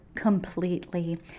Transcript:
Completely